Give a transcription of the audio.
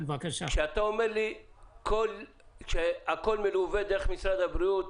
כשאתה אומר לי שהכול מלווה דרך משרד הבריאות,